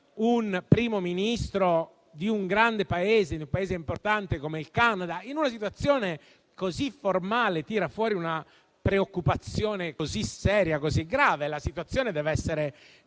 un Primo Ministro di un grande Paese, un Paese importante come il Canada, in una situazione così formale, abbia tirato fuori una preoccupazione così seria e grave. La situazione deve essere